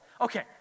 Okay